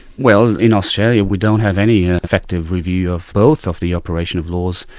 well in australia we don't have any effective review of both of the operation of laws,